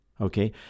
Okay